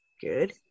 Good